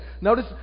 Notice